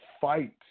fight